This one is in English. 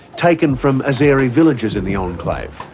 taken from azeri villages in the enclave.